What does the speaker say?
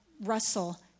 Russell